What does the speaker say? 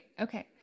Okay